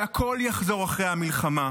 והכול יחזור אחרי המלחמה.